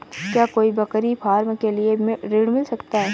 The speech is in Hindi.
क्या कोई बकरी फार्म के लिए ऋण मिल सकता है?